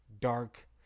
dark